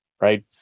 right